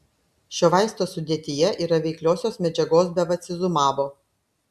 šio vaisto sudėtyje yra veikliosios medžiagos bevacizumabo